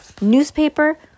Newspaper